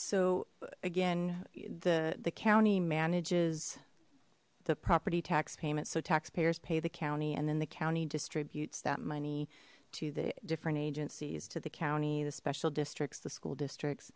so again the the county manages the property tax payments so taxpayers pay the county and then the county distributes that money to the different agencies to the county the special districts the school districts